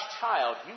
child